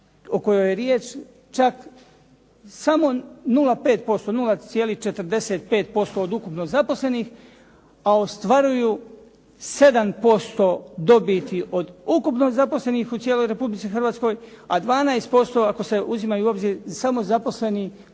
o kojoj je riječ čak samo 0,5%, 0,45% od ukupno zaposlenih, a ostvaruju 7% dobiti od ukupno zaposlenih u cijeloj Republici Hrvatskoj, a 12% ako se uzimaju u obzir samo zaposleni